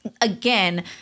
again